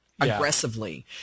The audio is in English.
aggressively